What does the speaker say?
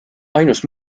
ainus